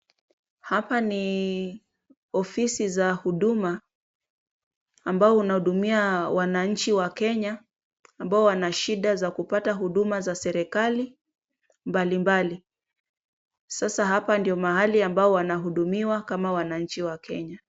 Hapa ni ofisi za huduma ambao unahudumia wananchi wa Kenya ambao wanashida za kupata huduma za serikali mbalimbali. Sasa hapa ndio mahali ambaobwanahudumiwa kama wananchi wa Kenya.